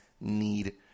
need